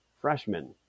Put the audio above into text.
freshman